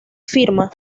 firma